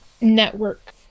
network